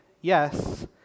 yes